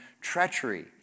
treachery